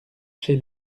chez